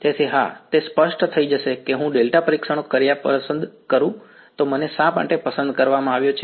તેથી હા તે સ્પષ્ટ થઈ જશે કે હું ડેલ્ટા પરીક્ષણ કાર્યો પસંદ કરું તો મને શા માટે પસંદ કરવામાં આવ્યો છે